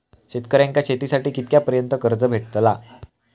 शेतकऱ्यांका शेतीसाठी कितक्या पर्यंत कर्ज भेटताला?